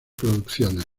producciones